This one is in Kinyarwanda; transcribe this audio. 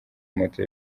moto